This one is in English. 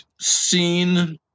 seen